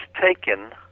taken